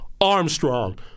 Armstrong